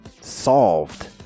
solved